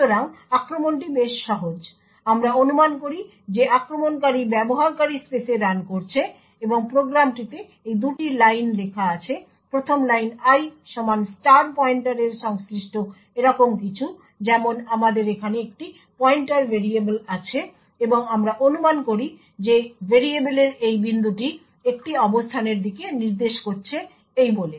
সুতরাং আক্রমণটি বেশ সহজ আমরা অনুমান করি যে আক্রমণকারী ব্যবহারকারী স্পেসে রান করছে এবং প্রোগ্রামটিতে এই দুটি লাইন লেখা আছে প্রথম লাইন i সমান পয়েন্টারের সংশ্লিষ্ট এরকম কিছু যেমন আমাদের এখানে একটি পয়েন্টার ভেরিয়েবল আছে এবং আমরা অনুমান করি যে ভেরিয়েবলের এই বিন্দুটি একটি অবস্থানের দিকে নির্দেশ করছে এই বলে